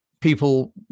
people